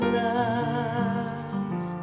love